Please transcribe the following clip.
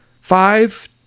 five